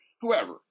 whoever